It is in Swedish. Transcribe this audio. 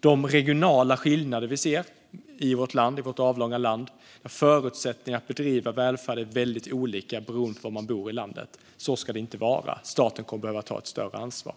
De regionala skillnader vi ser i vårt avlånga land innebär att förutsättningarna för att bedriva välfärd är väldigt olika beroende på var man bor i landet. Så ska det inte vara. Staten kommer att behöva ta ett större ansvar.